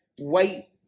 wait